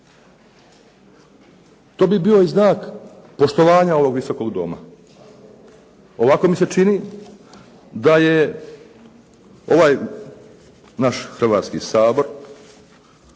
To bi bio i znak poštovanja ovog Visokog doma. Ovako mi se čini da je ovaj naš Hrvatski sabor